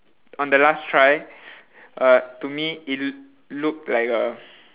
on the last try uh to me it looked like a